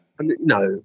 No